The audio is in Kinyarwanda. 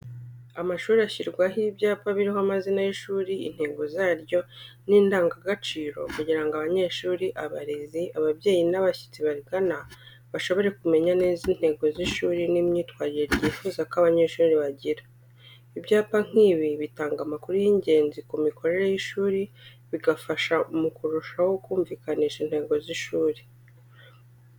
Amashuri ashyirwaho ibyapa biriho amazina y'ishuri, intego zaryo n'indangagaciro kugira ngo abanyeshuri, abarezi, ababyeyi n'abashyitsi barigana bashobore kumenya neza intego z'ishuri n'imyitwarire ryifuza ko abanyeshuri bagira. Ibyapa nk'ibi bitanga amakuru y'ingenzi ku mikorere y'ishuri, bigafasha mu kurushaho kumvikanisha intego z'ishuri.